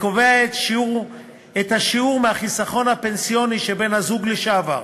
וקובע את השיעור מהחיסכון הפנסיוני שבן-הזוג לשעבר,